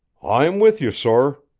i'm with you, sor,